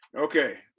okay